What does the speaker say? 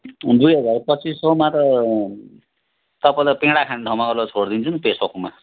दुई हजार पच्चिस सौमा त तपाईँलाई पेडा खाने ठाउँमा लगेर छोड्दिन्छु नि पेसोकमा